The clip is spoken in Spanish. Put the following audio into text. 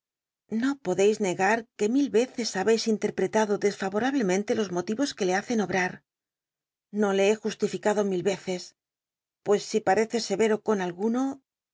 no nodeis negar que mil ycces habeis interpretado desfaorablemenle los motiyos c ue le hacen obrar j io le he justificado mil eces pues si parece sc cro con alguno